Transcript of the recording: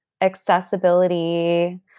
accessibility